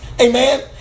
Amen